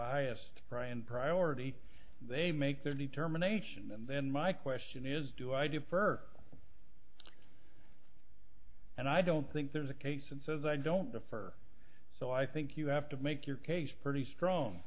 highest price and priority they make their determination and then my question is do i defer and i don't think there's a case and says i don't differ so i think you have to make your case pretty strong